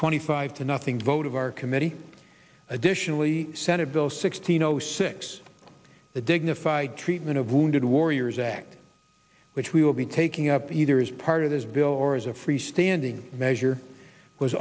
twenty five to nothing vote of our committee additionally senate bill sixteen zero six the dignified treatment of wounded warriors act which we will be taking up either as part of this bill or as a freestanding measure was